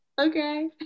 okay